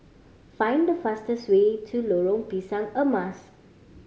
find the fastest way to Lorong Pisang Emas